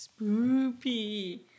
Spoopy